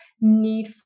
need